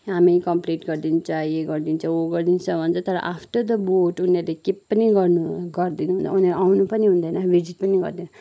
हामी कमप्लिट गरिदिन्छ ए गरिदिन्छ ऊ गरिदिन्छ भन्छ तर आफ्टर द भोट उनीहरूले के पनि गर्नु गरिदिँदैन उनीहरू आउनु पनि हुँदैन भिजिट पनि गर्दैन